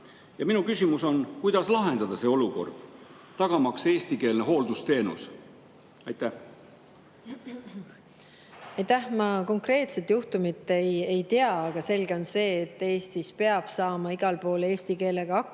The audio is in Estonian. Minu küsimus on: kuidas lahendada see olukord, tagamaks eestikeelne hooldusteenus? Aitäh! Ma konkreetset juhtumit ei tea, aga selge on see, et Eestis peab saama igal pool eesti keelega hakkama.